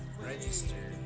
register